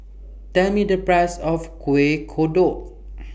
Tell Me The Price of Kuih Kodok